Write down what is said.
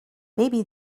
maybe